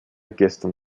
gestern